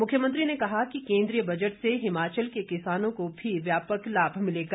मुख्यमंत्री ने कहा कि केन्द्रीय बजट से हिमाचल के किसानों को भी व्यापक लाभ मिलेगा